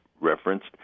referenced